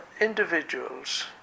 individuals